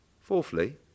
fourthly